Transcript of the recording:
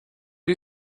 you